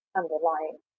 underlying